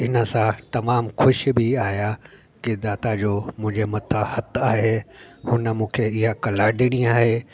इन सां तमामु ख़ुशि बि आहियां के दाता जो मुंहिंजे मथां हथु आहे हुन मूंखे हीअ कला ॾिनी आहे